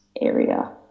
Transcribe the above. area